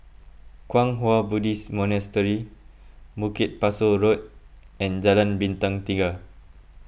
Kwang Hua Buddhist Monastery Bukit Pasoh Road and Jalan Bintang Tiga